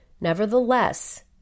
Nevertheless